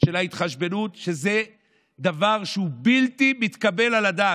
של ההתחשבנות, שזה דבר שהוא בלתי מתקבל על הדעת.